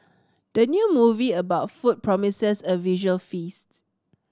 the new movie about food promises a visual feasts